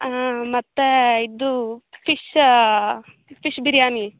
ಮತ್ತೆ ಇದು fish fish biryani